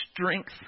strength